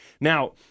Now